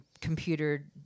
computer